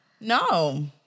No